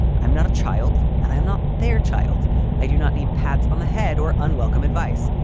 i'm not a child and i'm not their child i do not need pats on the head or unwelcome advice.